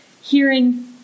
hearing